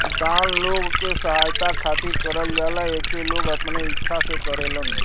दान लोग के सहायता खातिर करल जाला एके लोग अपने इच्छा से करेलन